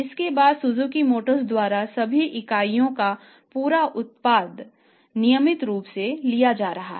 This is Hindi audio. इसके बाद सुज़ुकी मोटर्स द्वारा सभी इकाइयों का पूरा उत्पादन नियमित रूप से लिया जा रहा है